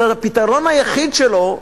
הפתרון היחיד שלו,